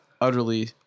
utterly